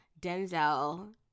Denzel